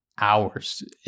hours